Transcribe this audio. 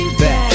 back